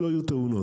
לא יהיו תאונות,